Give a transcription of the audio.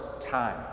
time